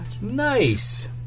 Nice